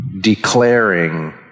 declaring